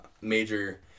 major